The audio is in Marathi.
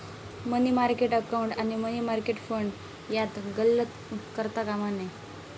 मनी मार्केट अकाउंट आणि मनी मार्केट फंड यात गल्लत करता कामा नये